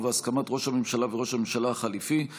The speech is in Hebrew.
ובהסכמת ראש הממשלה וראש הממשלה החליפי,